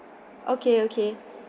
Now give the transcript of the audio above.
okay okay